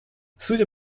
судя